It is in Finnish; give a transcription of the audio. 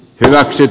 rahaksi